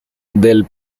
del